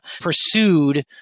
pursued